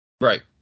Right